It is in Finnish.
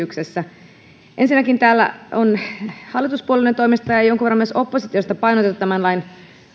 tässä esityksessä ensinnäkin täällä on hallituspuolueiden toimesta ja jonkun verran myös oppositiosta painotettu tämän lain